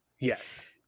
Yes